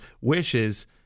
wishes